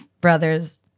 brother's